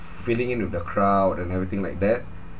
fitting into the crowd and everything like that